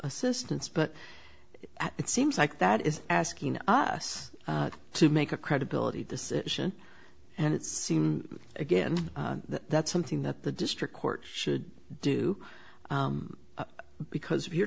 assistance but it seems like that is asking us to make a credibility decision and it seem again that's something that the district court should do because if you're